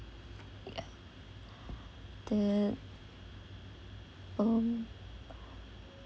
ya the um